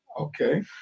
Okay